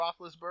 Roethlisberger